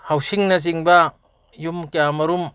ꯍꯥꯎꯁꯤꯡꯅꯆꯤꯡꯕ ꯌꯨꯝ ꯀꯌꯥꯃꯔꯣꯝ